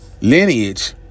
lineage